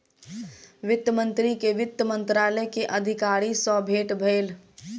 वित्त मंत्री के वित्त मंत्रालय के अधिकारी सॅ भेट भेल